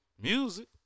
music